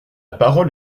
parole